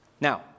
Now